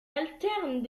alterne